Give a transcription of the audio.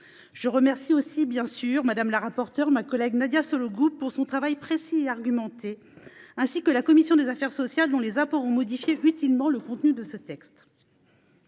Je remercie également Mme la rapporteure, ma collègue Nadia Sollogoub, de son travail précis et argumenté, ainsi que la commission des affaires sociales, dont les apports ont modifié utilement le contenu du texte.